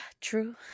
true